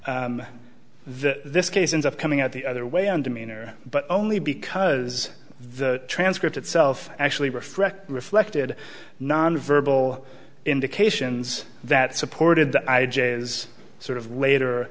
nine this case ends up coming out the other way on demeanor but only because the transcript itself actually reflect reflected nonverbal indications that supported the i j is sort of later